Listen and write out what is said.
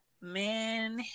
Man